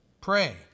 Pray